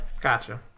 Gotcha